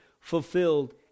fulfilled